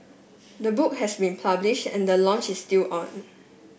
the book has been published and the launch is still on